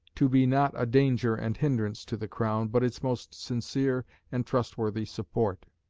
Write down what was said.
to be not a danger and hindrance to the crown but its most sincere and trustworthy support.